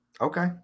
Okay